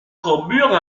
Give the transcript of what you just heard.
carbure